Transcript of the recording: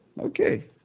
Okay